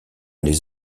les